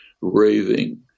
raving